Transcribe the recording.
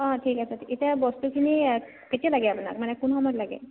অঁ ঠিক আছে এতিয়া বস্তুখিনি কেতিয়া লাগে আপোনাক মানে কোন সময়ত লাগে